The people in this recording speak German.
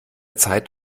zeit